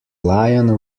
lion